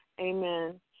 Amen